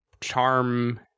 charm